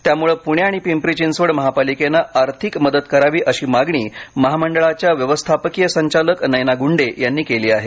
त्यामुळे पुणे आणि पिंपरी चिंचवड महापालिकेनं आर्थिक मदत करावी अशी मागणी महामंडळाच्या व्यवस्थापकीय संचालक नयना गुंडे यांनी केली आहे